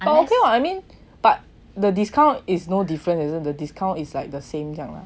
but okay what I mean but the discount is no different isn't the discount is like the same